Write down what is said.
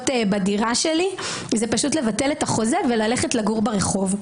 בדירה שלי זה פשוט לבטל את החוזה שלי וללכת לגור ברחוב.